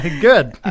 Good